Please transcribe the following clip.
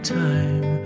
time